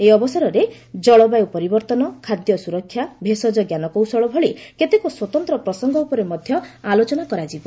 ଏହି ଅବସରରେ ଜଳବାୟୁ ପରିବର୍ତ୍ତନ ଖାଦ୍ୟ ସୁରକ୍ଷା ଭେଷଜ ଜ୍ଞାନ କୌଶଳ ଭଳି କେତେକ ସ୍ୱତନ୍ତ ପ୍ରସଙ୍ଗ ଉପରେ ମଧ୍ୟ ଆଲୋଚନା କରାଯିବ